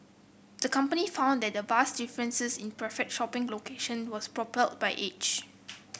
the company found that the vast differences in preferred shopping locations was propelled by age